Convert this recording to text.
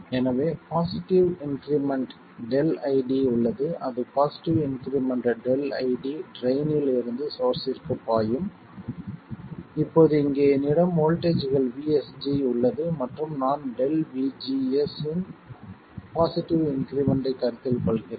எனவே positive increment ΔID உள்ளது அது பாசிட்டிவ் இன்க்ரிமெண்ட் ΔID ட்ரைன் இல் இருந்து சோர்ஸ்ஸிற்கு பாயும் இப்போது இங்கே என்னிடம் வோல்ட்டேஜ்கள் VSG உள்ளது மற்றும் நான் ΔVGS இன் பாசிட்டிவ் இன்க்ரிமெண்ட்டைக் கருத்தில் கொள்கிறேன்